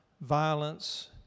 violence